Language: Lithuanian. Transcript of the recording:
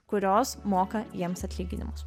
kurios moka jiems atlyginimus